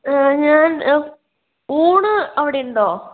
ഞാൻ ഊണ് അവിടെയുണ്ടോ